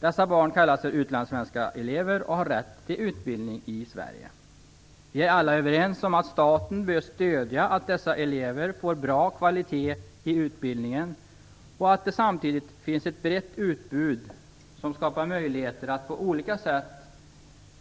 Dessa barn kallas för utlandssvenska elever och har rätt till utbildning i Vi är alla överens om att staten bör stödja att dessa elever får bra kvalitet i utbildningen och att det samtidigt finns ett brett utbud som skapar möjligheter att på olika sätt